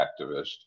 activist